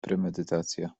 premedytacja